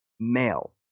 Male